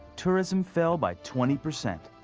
tourism fell by twenty percent.